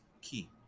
key